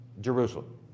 Jerusalem